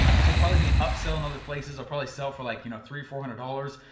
this'll probably be an upsell in other places. i'll probably sell for like you know, three or four hundred dollars,